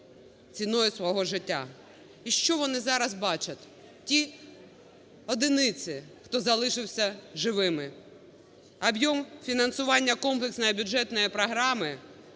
ціною свого життя. І що вони зараз бачать, ті одиниці, хто залишився живими. Об'єм фінансування комплексної бюджетної програми,